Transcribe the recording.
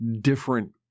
different